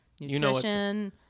Nutrition